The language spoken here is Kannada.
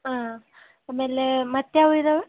ಹಾಂ ಆಮೇಲೆ ಮತ್ತು ಯಾವು ಇದ್ದಾವೆ